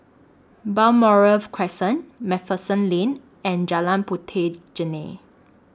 Balmoral Crescent MacPherson Lane and Jalan Puteh Jerneh